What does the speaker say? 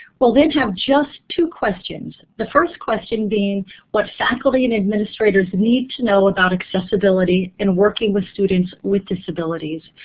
we'll then have just two questions. the first question being what faculty and administrators need to know about accessibility in working with students with disabilities.